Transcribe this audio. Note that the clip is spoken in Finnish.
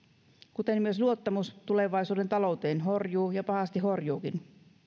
kuten myös luottamus tulevaisuuden talouteen horjuu ja pahasti horjuukin